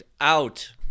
out